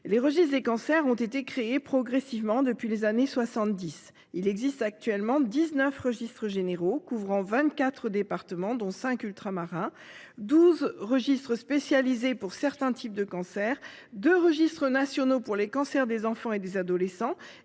Les registres des cancers ont été créés progressivement depuis les années 1970. Il existe actuellement dix-neuf registres généraux couvrant vingt-quatre départements, dont cinq ultramarins, douze registres spécialisés pour certains types de cancers, deux registres nationaux pour les cancers des enfants et des adolescents,